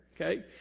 Okay